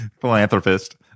philanthropist